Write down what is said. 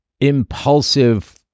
impulsive